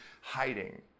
hiding